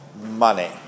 money